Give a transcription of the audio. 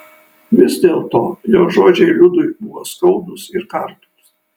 vis dėlto jo žodžiai liudui buvo skaudūs ir kartūs